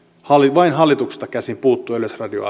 vain hallituksesta käsin puuttua yleisradion